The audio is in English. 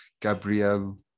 Gabriel